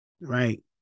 Right